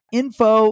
info